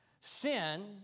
Sin